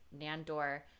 Nandor